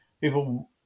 people